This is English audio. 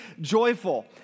joyful